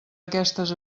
aquestes